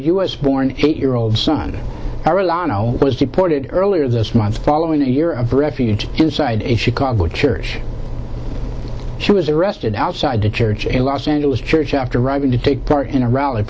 s borne eight year old son who was deported earlier this month following a year of refuge inside a chicago church she was arrested outside the church in los angeles church after arriving to take part in a rally